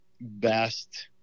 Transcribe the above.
best